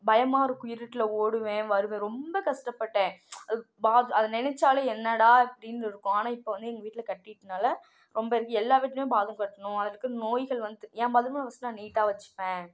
பயமாக இருக்கும் இருட்டில் ஓடுவேன் வருவேன் ரொம்ப கஷ்டப்பட்டேன் அதை நினச்சாலும் என்னடா அப்படின்னு இருக்கும் ஆனால் இப்போ வந்து எங்கள் வீட்டில் கட்டிட்டனால ரொம்ப எல்லா வீட்லேயும் பாத்ரூம் கட்டணும் அதுக்குன்னு நோய்கள் வந் என் பாத்ரூமை ஃபஸ்ட்டு நான் நீட்டாக வச்சுப்பேன்